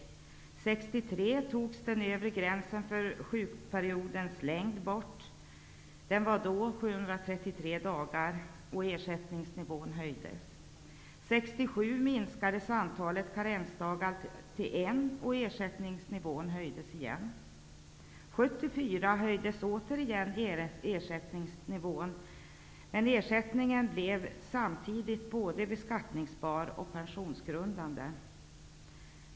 1963 togs den övre gränsen för sjukperiodens längd bort, den var då minskades antalet karensdagar till en, och ersättningsnivån höjdes igen. 1974 höjdes återigen ersättningsnivån, men ersättningen blev samtidigt både beskattningsbar och pensionsgrundande.